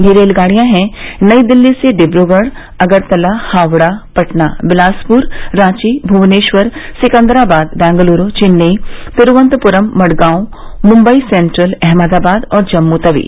ये रेलगाड़ियां हैं नई दिल्ली से डिब्रगढ अगरतला हावड़ा पटना बिलासपुर रांची भुवनेश्वर सिकंदराबाद बेंगलुरू चेन्नई तिरूवनंतपुरम मडगांव मुंबई सेंट्रल अहमदाबाद और जम्मू तवी